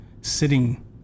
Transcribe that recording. sitting